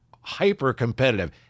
hyper-competitive